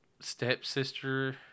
stepsister